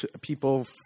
people